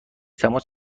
تماس